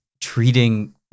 treating